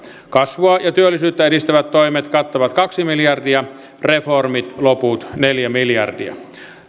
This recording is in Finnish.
kasvua ja työllisyyttä edistävät toimet kattavat kaksi miljardia reformit loput neljä miljardia